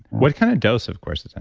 what kind of dose of course